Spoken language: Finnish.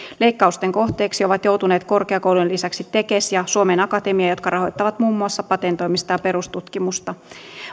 leikkausten kohteeksi ovat joutuneet korkeakoulujen lisäksi tekes ja suomen akatemia jotka rahoittavat muun muassa patentoimista ja perustutkimusta